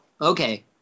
okay